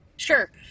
sure